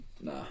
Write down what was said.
Nah